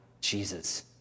Jesus